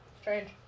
Strange